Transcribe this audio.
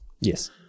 Yes